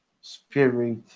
spirit